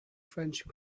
french